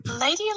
Lady